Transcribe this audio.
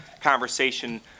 conversation